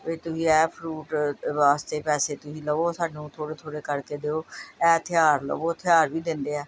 ਵੀ ਤੁਸੀਂ ਇਹ ਫਰੂਟ ਵਾਸਤੇ ਪੈਸੇ ਤੁਸੀਂ ਲਓ ਸਾਨੂੰ ਥੋੜ੍ਹੇ ਥੋੜ੍ਹੇ ਕਰਕੇ ਦਿਓ ਇਹ ਹਥਿਆਰ ਲਿਓ ਹਥਿਆਰ ਵੀ ਦਿੰਦੇ ਹੈ